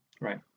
Right